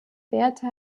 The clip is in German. werte